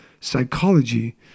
psychology